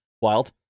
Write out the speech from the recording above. Wild